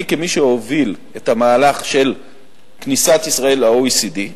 אני, כמי שהוביל את המהלך של כניסת ישראל ל-OECD,